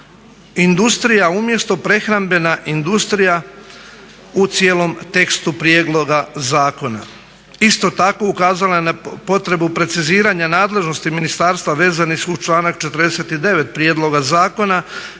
industrija umjesto prehrambena industrija u cijelom tekstu prijedloga zakona. Isto tako ukazala je na potrebu preciziranja nadležnosti Ministarstva vezano uz članak 49. prijedloga zakona,